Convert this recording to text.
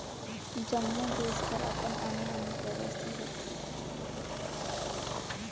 जम्मो देस कर अपन आने आने करेंसी होथे